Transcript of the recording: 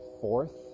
fourth